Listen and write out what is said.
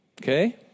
Okay